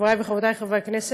חברי וחברותי חברי הכנסת,